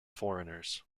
foreigners